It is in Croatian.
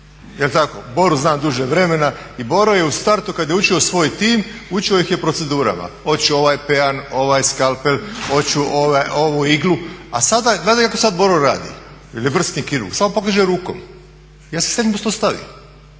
jel tako. Boru znam duže vremena i Boro je u startu kada je ušao u svoj tim učio ih je procedurama. Hoću ovaj … ovaj skalpel, hoću ovu iglu, a sada gledaj kako Boro radi jel je vrsni kirurg, samo pokaže rukom … stavi.